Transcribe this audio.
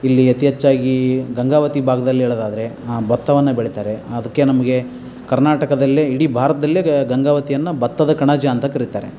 ಇಲ್ಲಿ ಅತಿ ಹೆಚ್ಚಾಗಿ ಗಂಗಾವತಿ ಭಾಗ್ದಲ್ಲಿ ಹೇಳೋದಾದ್ರೆ ಭತ್ತವನ್ನು ಬೆಳೀತಾರೆ ಅದಕ್ಕೆ ನಮಗೆ ಕರ್ನಾಟಕದಲ್ಲೇ ಇಡೀ ಭಾರತದಲ್ಲೇ ಗಂಗಾವತಿಯನ್ನ ಭತ್ತದ ಕಣಜ ಅಂತ ಕರೀತಾರೆ